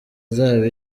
azaba